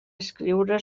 escriure